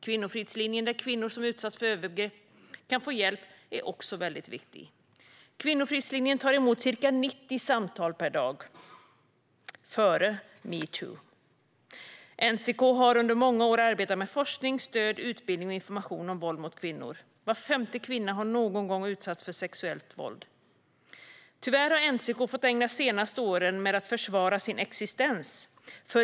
Kvinnofridslinjen där kvinnor som utsatts för övergrepp kan få hjälp är också mycket viktig. Kvinnofridslinjen tar emot ca 90 samtal per dag - före metoo. NCK har under många år arbetat med forskning, stöd, utbildning och information om våld mot kvinnor. Var femte kvinna har någon gång utsatts för sexuellt våld. Tyvärr har NCK fått ägna de senaste åren till att försvara sin existens.